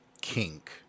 kink